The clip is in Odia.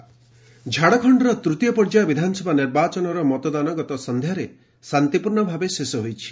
ଝାଡ଼ଖଣ୍ଡ ପ୍ନଲିଂ ଝାଡ଼ଖଣ୍ଡର ତୂତୀୟ ପର୍ଯ୍ୟାୟ ବିଧାନସଭା ନିର୍ବାଚନର ମତଦାନ ଗତ ସନ୍ଧ୍ୟାରେ ଶାନ୍ତିପୂର୍ଣ୍ଣ ଭାବେ ଶେଷ ହୋଇଛି